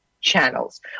channels